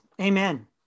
Amen